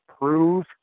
prove